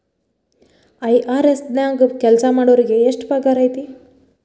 IRS ನ್ಯಾಗ್ ಕೆಲ್ಸಾಮಾಡೊರಿಗೆ ಎಷ್ಟ್ ಪಗಾರ್ ಐತಿ?